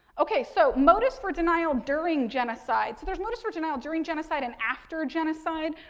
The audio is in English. okay, so motives for denial during genocide. so there's motives for denial during genocide and after genocide.